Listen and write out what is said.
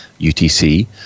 UTC